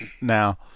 now